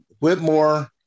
Whitmore